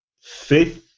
fifth